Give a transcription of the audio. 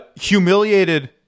humiliated